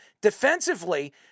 defensively